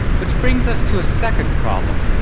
which bring us to a second problem.